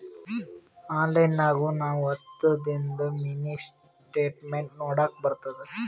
online ನಾಗ್ನು ನಾವ್ ಹತ್ತದಿಂದು ಮಿನಿ ಸ್ಟೇಟ್ಮೆಂಟ್ ನೋಡ್ಲಕ್ ಬರ್ತುದ